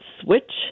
switch